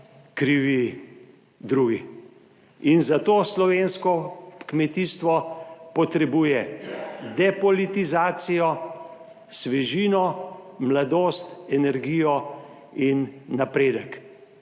krivi drugi in zato slovensko kmetijstvo potrebuje depolitizacijo, svežino, mladost, energijo in napredek.